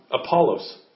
Apollos